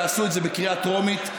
תעשו את זה בקריאה טרומית,